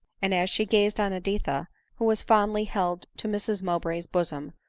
and as she gazed on editha, who was fondly held to mrs mowbray's bosom,